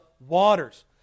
Waters